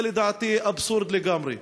זה, לדעתי, אבסורד לגמרי.